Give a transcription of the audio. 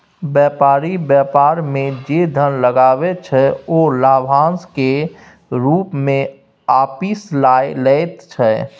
बेपारी बेपार मे जे धन लगबै छै ओ लाभाशं केर रुप मे आपिस लए लैत छै